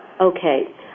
Okay